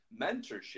mentorship